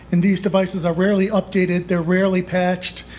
and these devices are rarely updated, they're rarely patched,